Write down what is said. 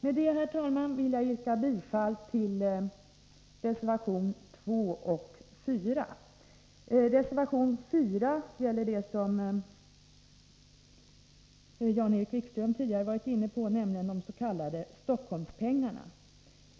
Med detta, herr talman, ber jag att få yrka bifall till reservationerna 2 och 4. Reservation 4 gäller det som Jan-Erik Wikström var inne på, nämligen de s.k. Stockholmspengarna.